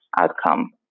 outcome